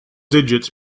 digits